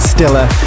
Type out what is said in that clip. Stiller